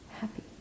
happy